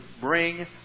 bring